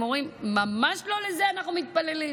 הם אומרים: ממש לא לזה אנחנו מתפללים.